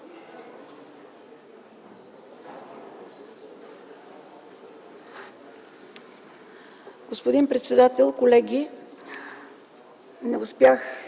Господин председател, колеги! Не успях